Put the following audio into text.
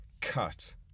cut